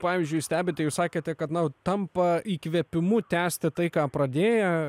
pavyzdžiui stebite jūs sakėte kad na tampa įkvėpimu tęsti tai ką pradėję